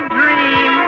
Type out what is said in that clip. dream